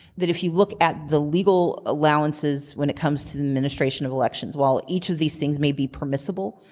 that if you look at the legal allowances when it comes to the administration of elections, while each of these things may be permissible,